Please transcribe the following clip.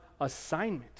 assignment